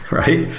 right?